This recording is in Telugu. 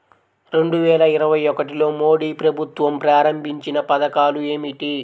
రెండు వేల ఇరవై ఒకటిలో మోడీ ప్రభుత్వం ప్రారంభించిన పథకాలు ఏమిటీ?